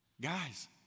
Guys